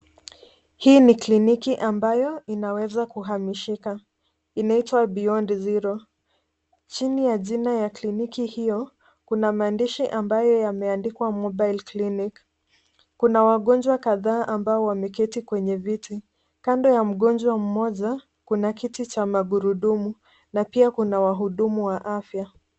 Hii ni kliniki ambayo inaweza kuhamishika. Inaitwa beyond zero . Chini ya jina ya kliniki hiyo, kuna mandishi ambayo yameandikwa mobile clinic . Kuna wawonjwa kadhaa ambao wameketi kwenye viti. Kando ya mgonjwa mmoja, kuna kiti cha magurudumu na pia kuna wahudumu wa afya.